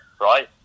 right